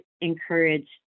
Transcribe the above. encourage